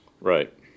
Right